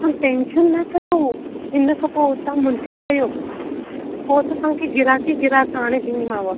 तव्हां टेंशन न कयो हिन खां पोइ तव्हां मुंहिंजी कयो पोइ त तव्हांखे गिराक ई गिराक आणे ॾींदीमाव